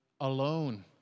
alone